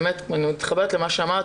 מתחברת למה שאמרת.